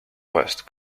west